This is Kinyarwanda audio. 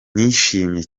nishimiye